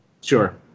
sure